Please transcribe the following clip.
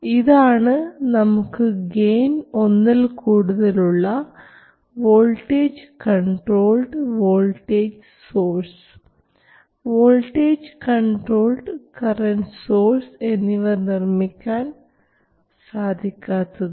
ഇതാണ് നമുക്ക് ഗെയിൻ ഒന്നിൽ കൂടുതൽ ഉള്ള voltage controlled voltage source voltage controlled current source എന്നിവ നിർമ്മിക്കാൻ സാധിക്കാത്തത്